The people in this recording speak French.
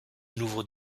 nouveaux